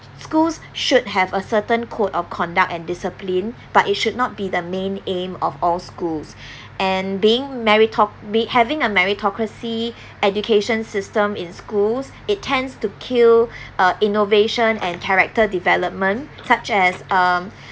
schools should have a certain code of conduct and discipline but it should not be the main aim of all schools and being merito~ be having a meritocracy education system in schools it tends to kill uh innovation and character development such as um